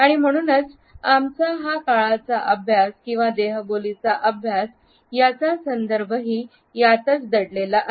आणि म्हणूनच आमचा हा काळाचा अभ्यास किंवा देहबोलीचा अभ्यास याचा संदर्भही यातच दडलेला आहे